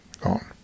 gone